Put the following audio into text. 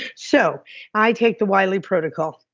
so i take the wiley protocol.